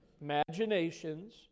Imaginations